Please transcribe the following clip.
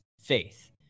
faith